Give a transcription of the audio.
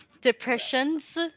Depressions